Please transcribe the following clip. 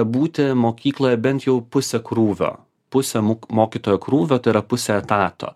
būti mokykloje bent jau pusę krūvio pusė mūsų mokytojo krūvio tai yra pusė etato